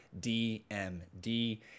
DMD